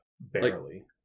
Barely